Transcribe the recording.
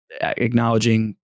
acknowledging